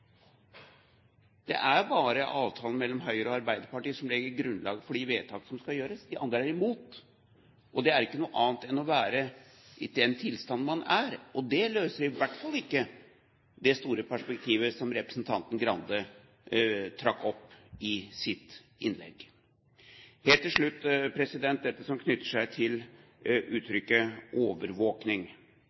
Det er bare avtalen mellom Høyre og Arbeiderpartiet som legger grunnlag for de vedtak som skal gjøres. De andre er imot. Det er ikke noe annet enn å være i den tilstand man er. Det løser i hvert fall ikke det store perspektivet som representanten Skei Grande trakk opp i sitt innlegg. Helt til slutt dette som knytter seg til uttrykket